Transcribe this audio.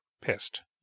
pissed